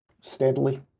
steadily